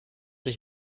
ich